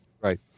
right